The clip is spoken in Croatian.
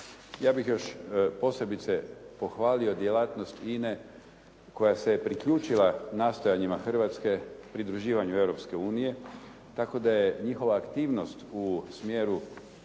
Ja bih još posebice pohvalio djelatnost HINA-e koja se je priključila nastojanjima Hrvatske pridruživanju Europske unije tako da je njihova aktivnost u smjeru